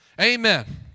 Amen